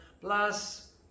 plus